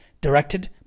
Directed